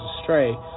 astray